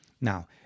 Now